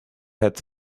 had